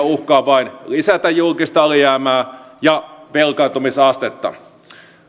uhkaa vain lisätä julkista alijäämää ja velkaantumisastetta